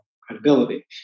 credibility